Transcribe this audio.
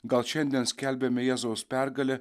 gal šiandien skelbiame jėzaus pergalę